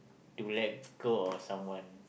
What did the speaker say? to let go of someone